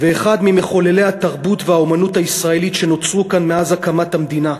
ואחד ממחוללי התרבות והאמנות הישראלית שנוצרו כאן מאז הקמת המדינה.